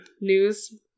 news